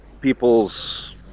People's